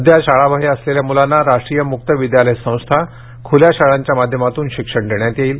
सध्या शाळाबाह्य असलेल्या मुलांना राष्ट्रीय मुक्त विद्यालय संस्था खुल्या शाळांच्या माध्यमातून शिक्षण देण्यात येईल